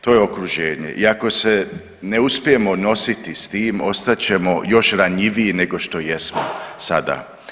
To je okruženje i ako se ne uspijemo nositi s tim ostat ćemo još ranjiviji nego što jesmo sada.